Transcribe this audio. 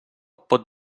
pot